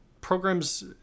programs